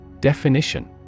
Definition